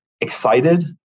excited